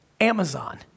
Amazon